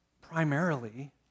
primarily